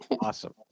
awesome